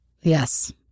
Yes